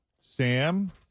Sam